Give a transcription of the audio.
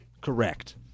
Correct